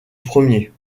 premier